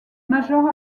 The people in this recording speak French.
major